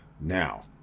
now